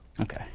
Okay